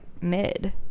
mid